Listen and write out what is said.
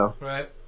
Right